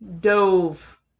dove